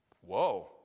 Whoa